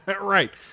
Right